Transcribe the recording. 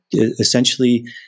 essentially